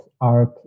art